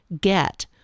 get